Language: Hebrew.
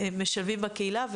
שמשלבים בקהילה,